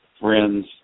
Friends